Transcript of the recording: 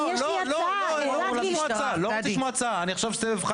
המדע והטכנולוגיה אורית פרקש הכהן: